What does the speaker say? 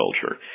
culture